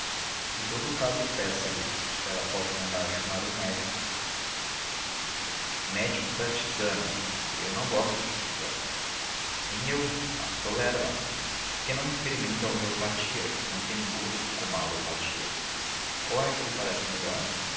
em todo caso peça-lhe e ela pode mandar chamar um médico médico dá tisanas e eu não gosto de tisanas nem eu mas tolero as por que não experimenta a homeopatia que não tem gosto como a alopatia qual é a que lhe parece melhor